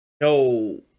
no